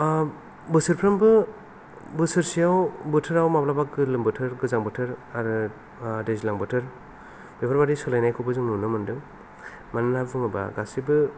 बोसोरफ्रोमबो बोसोरसेयाव बोथोराव माब्लाबा गोलोम बोथोर गोजां बोथोर आरो दैज्लां बोथोर बेफोरबादि सोलायनायखौबो जों नुनो मोनदों मानोना बुङोब्ला गासिबो